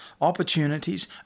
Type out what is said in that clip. opportunities